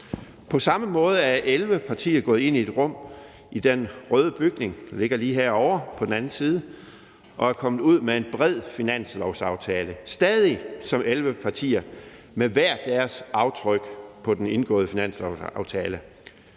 På samme måde er 11 partier gået ind i et rum i den røde bygning, der ligger lige herovre på den anden side, og er kommet ud med en bred finanslovsaftale – stadig som 11 partier med hver deres aftryk på den indgåede finanslovsaftale.